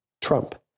Trump